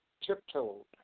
tiptoed